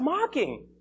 mocking